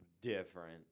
different